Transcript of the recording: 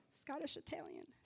Scottish-Italian